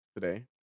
today